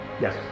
Yes